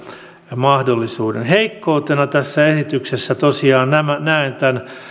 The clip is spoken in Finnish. mahdollisuuden heikkoutena tässä esityksessä tosiaan näen tämän